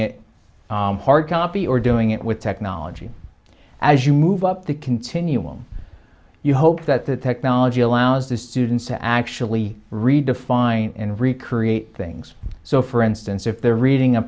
it hardcopy or doing it with technology as you move up the continuum you hope that the technology allows the students to actually redefine and recreate things so for instance if they're reading